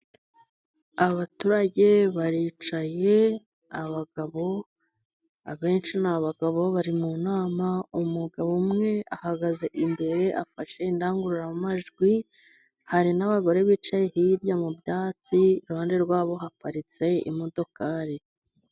Abaturage baricaye abagabo, abenshi ni abagabo bari mu nama. Umugabo umwe ahagaze imbere afashe indangururamajwi. Hari n'abagore bicaye hirya mu byatsi, iruhande rwabo haparitse imodokari.